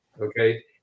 okay